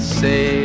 say